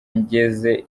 ngeze